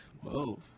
Whoa